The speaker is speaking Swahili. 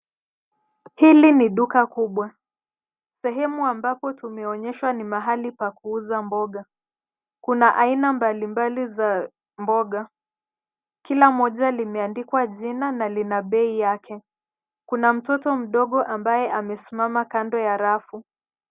Hili ni duka kubwa, sehemu ambapo tumeonyeshwa ni mahali pakuuza mboga, kuna aina mbali mbali za, mboga, kila moja limeandikwa jina na lina bei yake, kuna mtoto mdogo ambaye amesimama kando ya rafu.